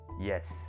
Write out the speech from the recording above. Yes